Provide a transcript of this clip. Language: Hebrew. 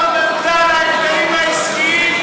גם הממונה על ההגבלים העסקיים,